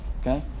Okay